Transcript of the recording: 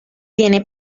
tiene